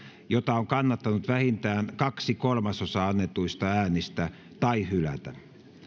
jota on kannattanut vähintään kaksi kolmasosaa annetuista äänistä tai hylätä